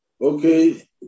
Okay